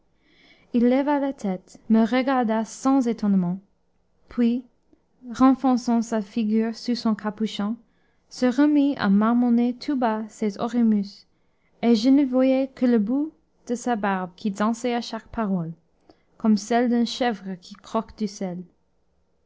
il leva la tête me regarda sans étonnement puis renfonçant sa figure sous son capuchon se remit à marmonner tout bas ses orémus et je ne voyais que le bout de sa barbe qui dansait à chaque parole comme celle d'une chèvre qui croque du sel